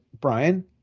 Brian